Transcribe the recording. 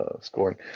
scoring